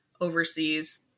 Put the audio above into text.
overseas